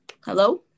Hello